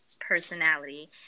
personality